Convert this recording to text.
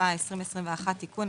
התשפ"א 2021 (תיקון),